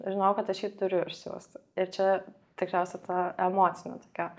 žinojau kad aš jį turiu išsiųsti ir čia tikriausiai ta emocinė tokia